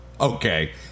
Okay